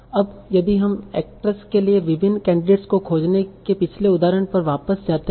अब यदि हम एक्ट्रेस के लिए विभिन्न कैंडिडेट्स को खोजने के पिछले उदाहरण पर वापस जाते हैं